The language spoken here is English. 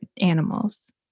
animals